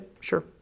sure